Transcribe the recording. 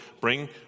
bring